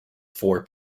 four